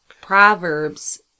Proverbs